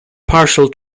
partial